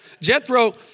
Jethro